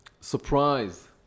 surprise